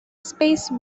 space